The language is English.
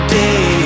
day